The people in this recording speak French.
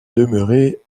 demeurer